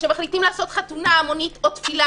וכשמחליטים לעשות חתונה המונית או תפילה